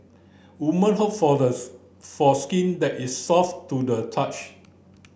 woman hope for the for skin that is soft to the touch